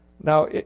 now